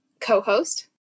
co-host